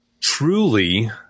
truly